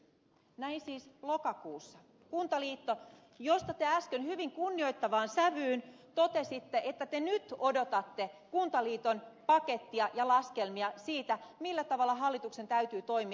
näin siis lokakuussa kuntaliitto josta te äsken hyvin kunnioittavaan sävyyn totesitte että te nyt odotatte kuntaliiton pakettia ja laskelmia siitä millä tavalla hallituksen täytyy toimia